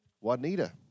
Juanita